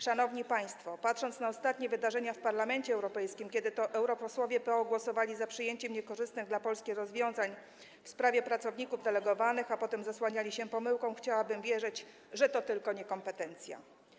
Szanowni państwo, patrząc na ostatnie wydarzenia w Parlamencie Europejskim, kiedy to europosłowie PO głosowali za przyjęciem niekorzystnych dla Polski rozwiązań w sprawie pracowników delegowanych, a potem zasłaniali się pomyłką, chciałabym wierzyć, że to tylko niekompetencja.